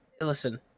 Listen